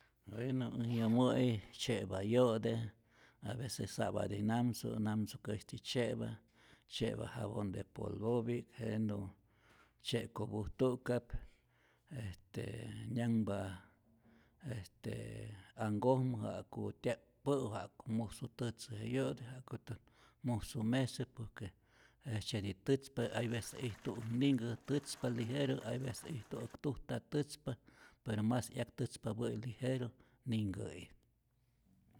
Bueno äj yomo'i tzye'pa yo'te, aveces sa'pati namtzu namtzukäsy tzye'pa, tzyepa jabon de polvopi'k, jenä tzye'kopujtu'kap, este nyanhpa este anhkojmä ja'ku tya'kpä'u, ja'ku musu tätzä je yo'te, jakutät musu mesa, por que jejtzyeti tätzpa, hay vece ijtuäk ninhkä tätzpa lijeru, hay vece ijtuäk tuj nta tätzpa, pero mas 'yak tätzppä'i lijeru ninhkä'i.